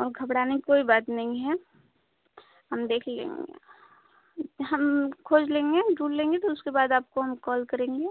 और घबराने की कोई बात नहीं है हम देख लेंगे हम खोज लेंगे ढूंढ लेंगे फिर उसके बाद आपको हम कॉल करेंगे